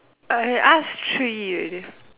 I ask three already